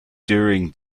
during